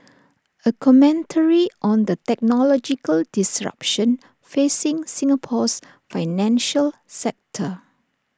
A commentary on the technological disruption facing Singapore's financial sector